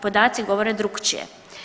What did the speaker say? Podaci govore drukčije.